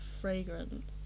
fragrance